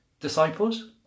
disciples